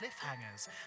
Cliffhangers